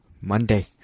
monday